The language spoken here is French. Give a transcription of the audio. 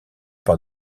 par